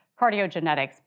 cardiogenetics